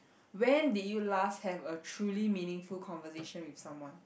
when did you last have a truly meaningful conversation with someone